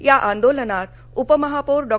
या आंदोलनात उपमहापौर डॉ